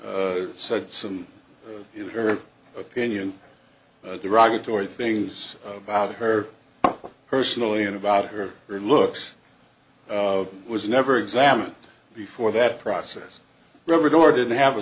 said some in her opinion derogatory things about her personally and about her her looks was never examined before that process robert or didn't have a